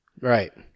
Right